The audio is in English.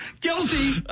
Guilty